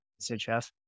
SHF